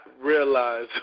realize